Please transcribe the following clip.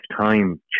time